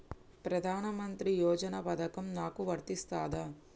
ప్రధానమంత్రి యోజన పథకం నాకు వర్తిస్తదా?